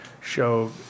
show